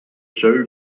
show